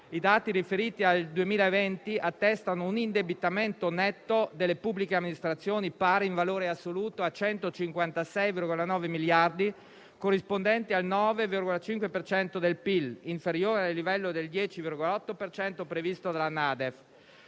i dati riferiti al 2020 attestano un indebitamento netto delle pubbliche amministrazioni pari, in valore assoluto, a 156,9 miliardi, corrispondenti al 9,5 per cento del PIL, inferiore al livello del 10,8 per cento previsto dalla NADEF.